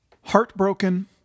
Heartbroken